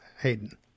Hayden